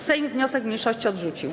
Sejm wniosek mniejszości odrzucił.